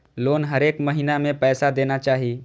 Loan हरेक महीना में पैसा देना चाहि?